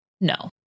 no